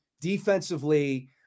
defensively